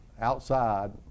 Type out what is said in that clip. outside